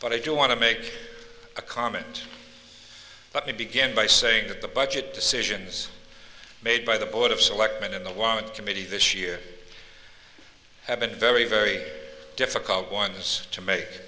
but i do want to make a comment let me begin by saying that the budget decisions made by the board of selectmen in the want committee this year have been very very difficult ones to make